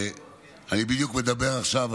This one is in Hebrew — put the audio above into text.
אני בדיוק מדבר עכשיו על